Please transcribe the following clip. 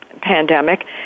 pandemic